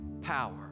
power